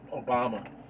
Obama